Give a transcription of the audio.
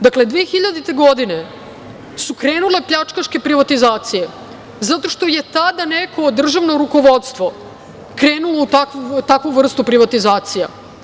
Dakle, 2000. godine su krenule pljačkaške privatizacije zato što je tada neko državno rukovodstvo krenulo u takvu vrstu privatizacija.